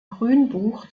grünbuch